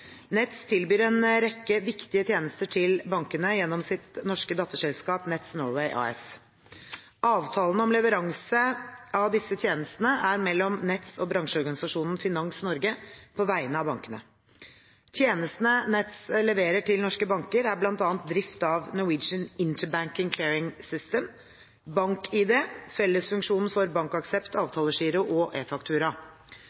Nets tilbyr en rekke viktige tjenester til bankene gjennom sitt norske datterselskap Nets Norway AS. Avtalene om leveranse av disse tjenestene er mellom Nets og bransjeorganisasjonen Finans Norge på vegne av bankene. Tjenestene Nets leverer til norske banker, er bl.a. drift av Norwegian Interbank Clearing System, NICS, BankID, fellesfunksjonen for